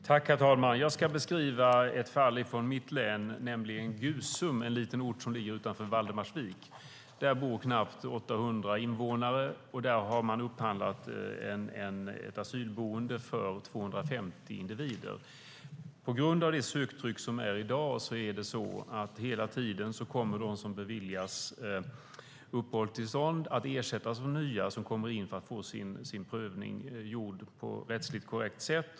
Herr talman! Jag ska beskriva ett fall från mitt län, nämligen från Gusum, en liten ort som ligger utanför Valdemarsvik. Där bor knappt 800 invånare, och där har man upphandlat ett asylboende för 250 individer. På grund av det söktryck som finns i dag kommer de som beviljas uppehållstillstånd hela tiden att ersättas av nya som kommer in för att få sin prövning gjord på ett rättsligt korrekt sätt.